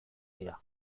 dira